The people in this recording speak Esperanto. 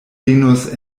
venos